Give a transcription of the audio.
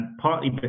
partly